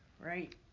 right